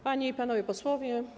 Panie i Panowie Posłowie!